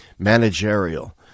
managerial